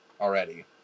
already